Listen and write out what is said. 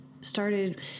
started